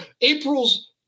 april's